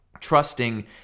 trusting